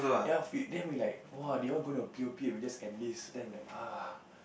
ya then we like !wah! they all going p_o_p and we just enlist then I'm like [huh]